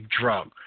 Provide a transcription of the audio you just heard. drug